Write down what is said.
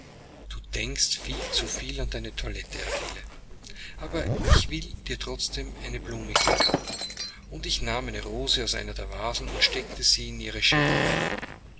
du denkst viel zu viel an deine toilette adele aber ich will dir trotzdem eine blume geben und ich nahm eine rose aus einer der vasen und steckte sie in ihre schärpe